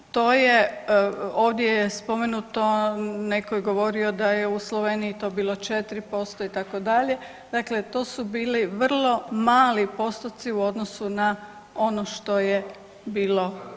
To je ovdje je spomenuto neko je govorio da je u Sloveniji to bilo 4% itd. dakle to su bili vrlo mali postoci u odnosu na ono što je bilo.